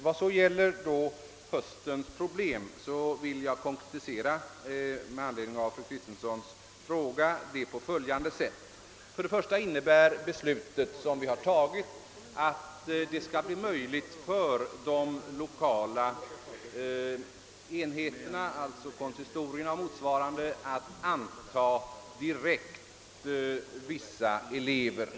Vad beträffar problemet med de obesatta nybörjarplatserna vid spärrad högskoleundervisning under hösten vill jag besvara fru Kristenssons fråga på följande sätt. För det första innebär det beslut som vi har fattat att möjlighet lämnas de lokala enheterna — alltså konsistorier och motsvarande — att direkt anta vissa elever.